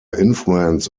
influence